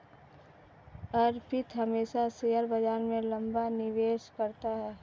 अर्पित हमेशा शेयर बाजार में लंबा निवेश करता है